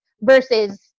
versus